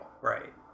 Right